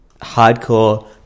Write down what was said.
hardcore